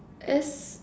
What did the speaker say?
S